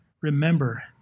remember